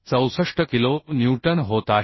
264 kilonewton होत आहे